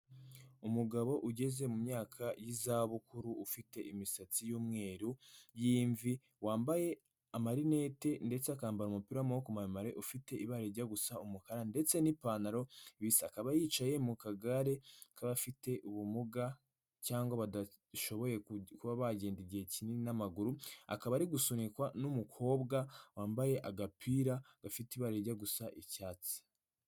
Umugabo ugeze mu myaka y'izabukuru ufite imisatsi y'umweru y'imvi, wambaye amarinete ndetse akambara umupira w' amaboko muremare, ufite ibara rijya gusa umukara ndetse n'ipantaro bisa, akaba yicaye mu kagare k'abafite ubumuga, cyangwa badashoboye kuba bagenda igihe kinini n'amaguru, akaba ari gusunikwa n'umukobwa wambaye agapira gafite ibara rijya gusa icyatsi.